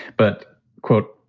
but, quote,